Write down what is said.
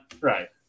Right